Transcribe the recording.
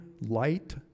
light